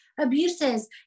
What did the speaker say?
abuses